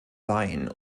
wein